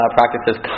practices